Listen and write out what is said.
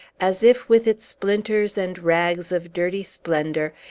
as if, with its splinters and rags of dirty splendor,